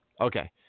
Okay